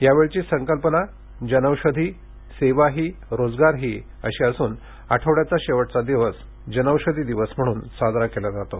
यावेळची संकल्पना जनौषधी सेवाही रोजगारही अशी असुन आठवड़्याचा शेवटचा दिवस जनौषधी दिवस म्हणून साजरा केला जातो